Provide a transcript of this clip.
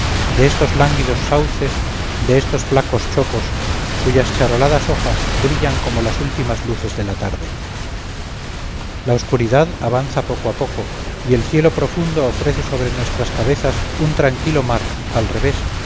de estos lánguidos sauces de estos flacos chopos cuyas charoladas hojas brillan con las últimas luces de la tarde la oscuridad avanza poco a poco y el cielo profundo ofrece sobre nuestras cabezas un tranquilo mar al revés